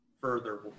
further